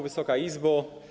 Wysoka Izbo!